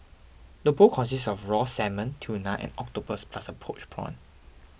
the bowl consists of raw salmon tuna and octopus plus a poached prawn